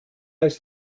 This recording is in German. ist